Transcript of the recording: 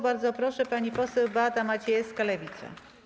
Bardzo proszę, pani poseł Beata Maciejewska, Lewica.